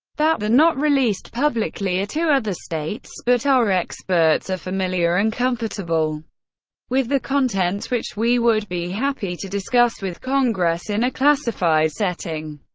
that they're not released publicly or to other states, but our experts are familiar and comfortable with the contents, which we would be happy to discuss with congress in a classified setting.